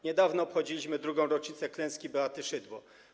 Niedawno obchodziliśmy drugą rocznicę klęski Beaty Szydło.